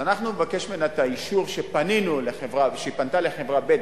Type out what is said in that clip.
אנחנו נבקש ממנה את האישור שהיא פנתה לחברה ב',